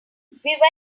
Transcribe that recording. went